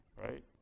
right